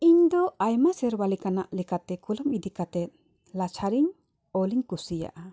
ᱤᱧᱫᱚ ᱟᱭᱢᱟ ᱥᱮᱨᱣᱟ ᱞᱮᱠᱟᱱᱟᱜ ᱞᱮᱠᱟᱛᱮ ᱠᱚᱞᱚᱢ ᱤᱫᱤ ᱠᱟᱛᱮ ᱞᱟᱪᱷᱟᱨᱤᱧ ᱚᱞᱤᱧ ᱠᱩᱥᱤᱭᱟᱜᱼᱟ